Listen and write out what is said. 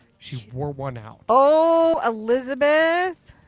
she's wore one out. oh elizabeth.